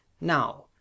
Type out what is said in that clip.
Now